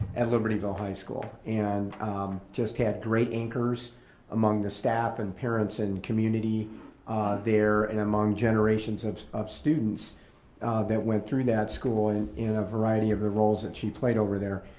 at libertyville high school and just had great anchors among the staff and parents and community there and among generations of of students that went through that school in a variety of the roles that she played over there.